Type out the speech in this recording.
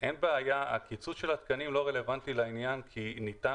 קיצוץ התקנים לא רלוונטי לעניין כי ניתן